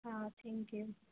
હા thank you